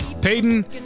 Peyton